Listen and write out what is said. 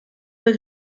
der